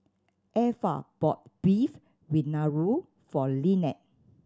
Effa bought Beef Vindaloo for Lynette